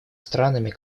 странами